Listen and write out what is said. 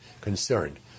concerned